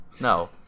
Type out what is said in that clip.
no